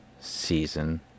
season